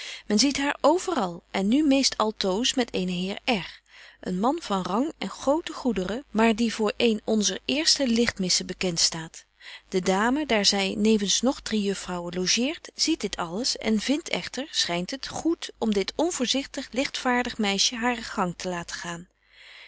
men ziet haar overal en nu meest altoos met eenen heer r een man van rang en grote goederen maar die voor een onzer eerste ligtmissen bekent staat de dame daar zy nevens nog drie juffrouwen logeert ziet dit alles en vindt echter schynt het goed om dit onvoorzigtig ligtvaardig meisje haren gang te laten gaan